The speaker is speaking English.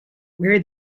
where